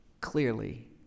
clearly